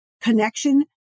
connection